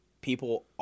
people –